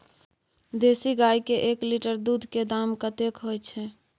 देसी गाय के एक लीटर दूध के दाम कतेक होय छै?